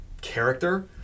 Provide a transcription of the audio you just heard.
character